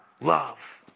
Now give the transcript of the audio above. love